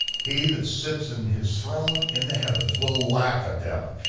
he that sits in his throne in the heavens will laugh at them,